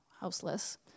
houseless